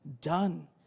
done